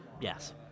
Yes